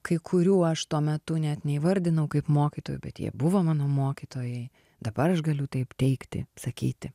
kai kurių aš tuo metu net neįvardinau kaip mokytojų bet jie buvo mano mokytojai dabar aš galiu taip teigti sakyti